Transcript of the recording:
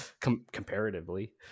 Comparatively